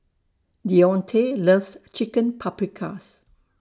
Deontae loves Chicken Paprikas